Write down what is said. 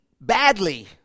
badly